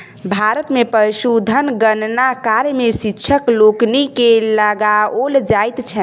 भारत मे पशुधन गणना कार्य मे शिक्षक लोकनि के लगाओल जाइत छैन